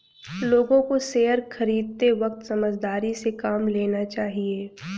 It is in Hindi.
लोगों को शेयर खरीदते वक्त समझदारी से काम लेना चाहिए